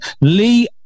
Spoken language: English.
Lee